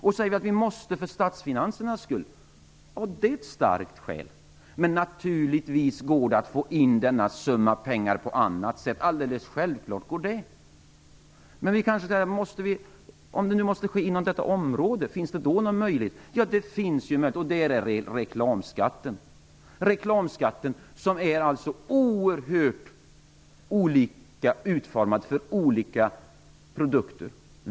Att säga att det här är nödvändigt för statsfinansernas skull är däremot ett starkt skäl, men naturligtvis går det att få in motsvarande summa pengar på annat sätt. Om något måste ske på detta område, finns det då någon annan möjlighet att peka på? Ja, vi har ju reklamskatten. Den är oerhört olika utformad för olika produkter.